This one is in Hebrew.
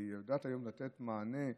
והיא יודעת היום לתת מענה.